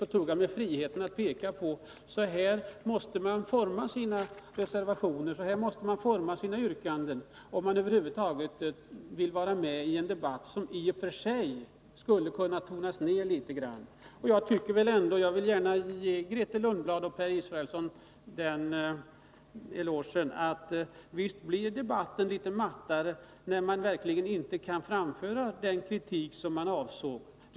När då ledamöter i utskottet inte nöjde sig med att frågan hade en lösning, tog jag mig friheten att peka på hur man måste forma sina yrkanden om man över huvud taget vill vara med i en debatt som i och för sig skulle kunna tonas ner litet grand. Jag vill gärna ge Grethe Lundblad och Per Israelsson det erkännandet att visst blir debatten litet mattare när man verkligen inte kan framföra den kritik som man avsåg att föra fram.